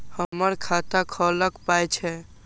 हमर खाता खौलैक पाय छै